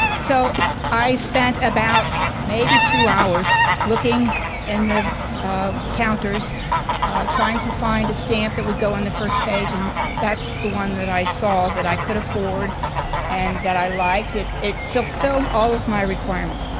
so ah i spent about maybe two hours looking in the counters trying to find a stamp that would go on the first page and that's the one that i saw that i could afford and that i liked. it it filled filled all of my requirements.